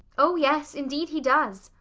oh yes, indeed he does.